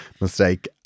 mistake